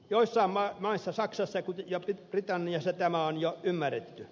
joissain maissa saksassa ja britanniassa tämä on jo ymmärretty